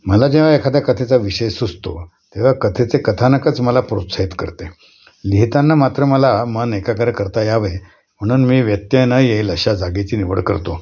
मला जेव्हा एखाद्या कथेचा विषय सुचतो तेव्हा कथेचे कथानकच मला प्रोत्साहित करते लिहिताना मात्र मला मन एकाग्र करता यावे म्हणून मी व्यत्यय न येईल अशा जागेची निवड करतो